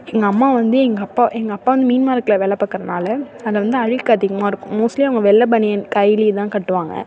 எங்கள் அம்மா வந்து எங்கள் அப்பா எங்கள் அப்பா வந்து மீன் மார்க்டெல வேலை பார்க்கறனால அதில் வந்து அழுக்கு அதிகமாக இருக்கும் மோஸ்ட்லி அவங்க வெள்ளை பனியன் கைலிதான் கட்டுவாங்க